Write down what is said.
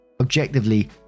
objectively